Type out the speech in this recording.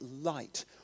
light